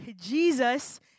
Jesus